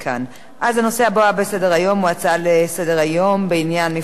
הנושא הבא בסדר-היום הוא הצעות לסדר-היום בעניין: מפעל "קיקה"